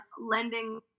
lending